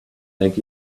thank